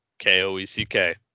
K-O-E-C-K